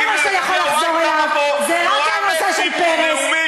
כי זה לא נתניהו.